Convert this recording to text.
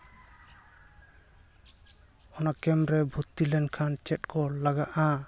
ᱚᱱᱟ ᱠᱮᱢ ᱨᱮ ᱵᱷᱩᱛᱛᱤ ᱞᱮᱱ ᱠᱷᱟᱱ ᱪᱮᱫ ᱠᱚ ᱞᱟᱜᱟᱜᱼᱟ